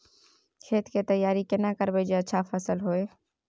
खेत के तैयारी केना करब जे अच्छा फसल होय?